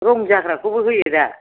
रं जाग्राखौबो होयो दा